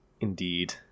Indeed